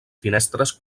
finestres